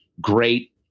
great